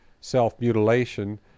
self-mutilation